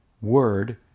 word